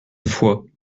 foix